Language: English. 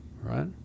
right